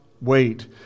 wait